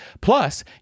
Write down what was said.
Plus